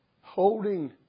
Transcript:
Holding